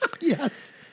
Yes